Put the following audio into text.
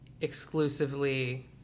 exclusively